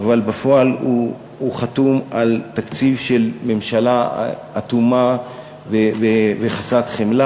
אבל בפועל הוא חתום על תקציב של ממשלה אטומה וחסרת חמלה.